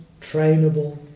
trainable